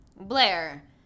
Blair